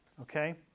Okay